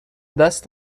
دست